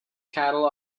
cattle